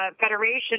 Federation